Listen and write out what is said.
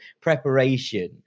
preparation